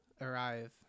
arrive